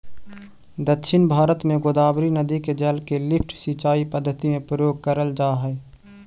दक्षिण भारत में गोदावरी नदी के जल के लिफ्ट सिंचाई पद्धति में प्रयोग करल जाऽ हई